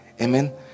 Amen